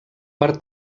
per